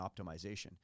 optimization